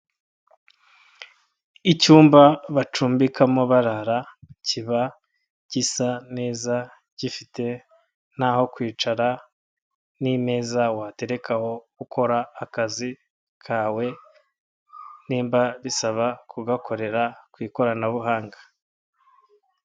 Icyumba bacumbikamo barara, kiba gisa neza gifite n'aho kwicara n'imeza waterekaho gukora akazi kawe nimba bisaba kugakorera ku ikoranabuhanga.